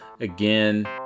again